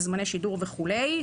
לזמני שידור וכולי.